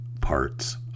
parts